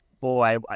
boy